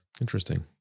Interesting